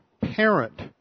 parent